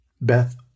Beth